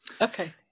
okay